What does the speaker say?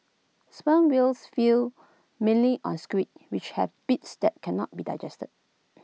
sperm whales feed mainly on squid which have beaks that cannot be digested